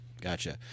Gotcha